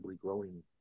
growing